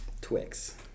Twix